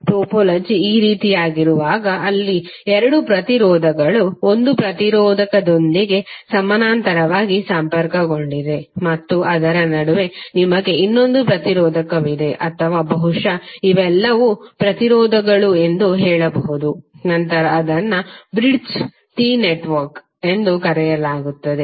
topology ಈ ರೀತಿಯಾಗಿರುವಾಗ ಅಲ್ಲಿ ಎರಡು ಪ್ರತಿರೋಧಗಳು ಒಂದು ಪ್ರತಿರೋಧಕದೊಂದಿಗೆ ಸಮಾನಾಂತರವಾಗಿ ಸಂಪರ್ಕಗೊಂಡಿವೆ ಮತ್ತು ಅದರ ನಡುವೆ ನಿಮಗೆ ಇನ್ನೊಂದು ಪ್ರತಿರೋಧಕವಿದೆ ಅಥವಾ ಬಹುಶಃ ಇವೆಲ್ಲವೂ ಪ್ರತಿರೋಧಗಳು ಎಂದು ಹೇಳಬಹುದು ನಂತರ ಅದನ್ನು ಬ್ರಿಡ್ಜ್ಡ್ ಟಿ ನೆಟ್ವರ್ಕ್ ಎಂದು ಕರೆಯಲಾಗುತ್ತದೆ